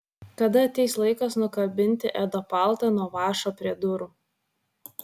kada ateis laikas nukabinti edo paltą nuo vąšo prie durų